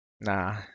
Nah